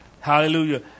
Hallelujah